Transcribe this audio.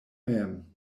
mem